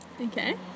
Okay